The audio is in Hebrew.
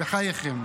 בחייכם.